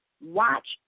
watch